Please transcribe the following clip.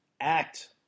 act